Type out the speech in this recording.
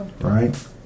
Right